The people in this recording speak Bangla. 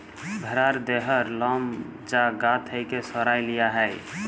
ভ্যারার দেহর লম যা গা থ্যাকে সরাঁয় লিয়া হ্যয়